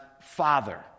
Father